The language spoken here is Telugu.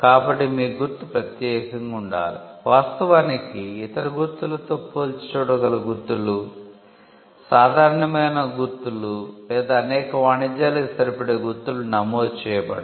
కాబట్టి మీ గుర్తు ప్రత్యేకంగా ఉండాలి వాస్తవానికి ఇతర గుర్తులతో పోల్చిచూడగల గుర్తులు సాధారణమైన మార్కులు లేదా అనేక వాణిజ్యాలకు సరిపడే గుర్తులు నమోదు చేయబడవు